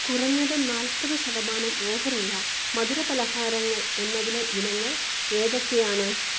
കുറഞ്ഞത് നാൽപ്പത് ശതമാനം ഓഫറുള്ള മധുര പലഹാരങ്ങൾ എന്നതിലെ ഇനങ്ങൾ ഏതൊക്കെയാണ്